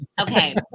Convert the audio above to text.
Okay